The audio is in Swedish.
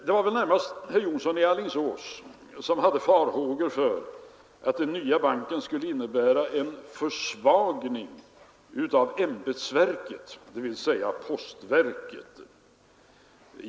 Det var väl närmast herr Jonsson i Alingsås som gav uttryck för farhågor för att den nya banken skulle innebära en försvagning av ämbetsverket, dvs. postverket.